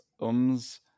um's